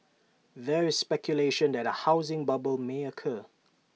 there is speculation that A housing bubble may occur